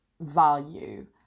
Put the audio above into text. value